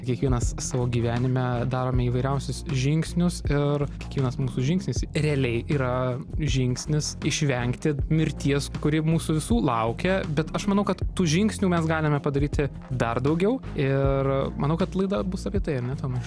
kiekvienas savo gyvenime darome įvairiausius žingsnius ir kiekvienas mūsų žingsnis realiai yra žingsnis išvengti mirties kuri mūsų visų laukia bet aš manau kad tų žingsnių mes galime padaryti dar daugiau ir manau kad laida bus apie tai ar ne tomai